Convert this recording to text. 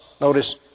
Notice